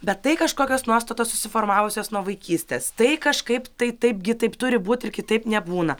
bet tai kažkokios nuostatos susiformavusios nuo vaikystės tai kažkaip tai taipgi taip turi būt ir kitaip nebūna